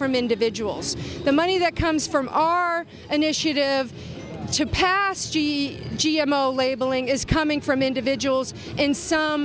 from individuals the money that comes from our initiative to pass g g m o labeling is coming from individuals in some